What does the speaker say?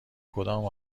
کدام